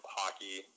hockey